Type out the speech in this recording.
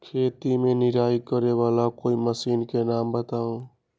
खेत मे निराई करे वाला कोई मशीन के नाम बताऊ?